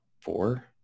four